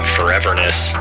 Foreverness